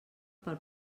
pel